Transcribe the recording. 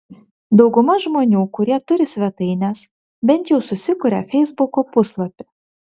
dauguma žmonių kurie turi svetaines bent jau susikuria feisbuko puslapį